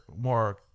more